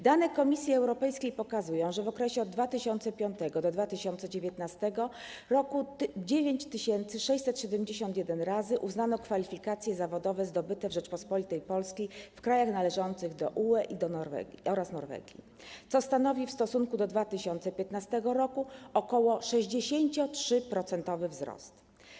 Dane Komisji Europejskiej pokazują, że w okresie od 2005 r. do 2019 r. 9671 razy kwalifikacje zawodowe zdobyte w Rzeczypospolitej Polskiej uznano w krajach należących do UE oraz Norwegii, co stanowi w stosunku do 2015 r. ok. 63-procentowy wzrost.